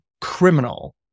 criminal